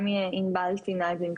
גם ענבל ציינה את זה קודם.